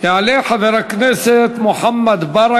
כי העברה כאמור אינה יעילה,